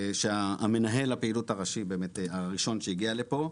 שמנהל הפעילות הראשית, באמת הראשון שהגיע לפה,